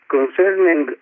Concerning